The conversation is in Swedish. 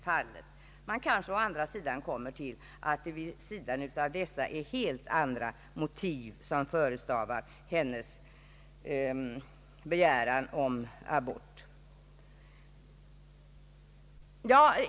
Men man kanske finner att det vid sidan därav är helt andra motiv som förestavar en kvinnas begäran om abort.